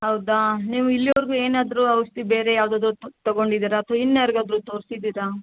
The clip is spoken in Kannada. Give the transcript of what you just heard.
ಹೌದಾ ನೀವು ಇಲ್ಲೀವರೆಗೂ ಏನಾದ್ರೂ ಔಷಧಿ ಬೇರೆ ಯಾವ್ದಾದ್ರೂ ತೊಗೊಂಡಿದೀರಾ ಅಥ್ವಾ ಇನ್ಯಾರಿಗಾದರೂ ತೋರಿಸಿದೀರಾ